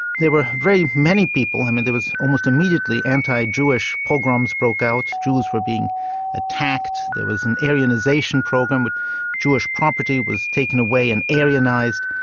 there were very many people, i mean, there was almost immediately anti-jewish pogroms broke out, jews were being attacked, there was an aryanisation program where jewish property was taken away and aryanised.